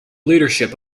leadership